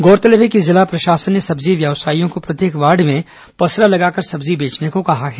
गौरतलब है कि जिला प्रशासन ने सब्जी व्यवसायियों को प्रत्येक वार्ड में पसरा लगाकर सब्जी बेचने को कहा है